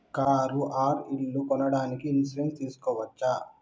Car or ఇల్లు కొనడానికి insurance తీస్కోవచ్చా?